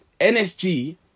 NSG